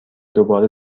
دوباره